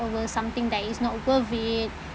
over something that is not worth it